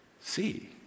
see